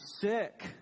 sick